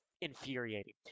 infuriating